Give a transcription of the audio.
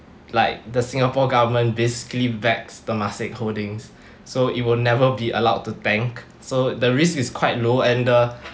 like the singapore government basically backs temasek holdings so it will never be allowed to tank so the risk is quite low and the